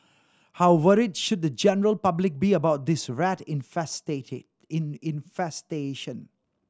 how worried should the general public be about this rat infestation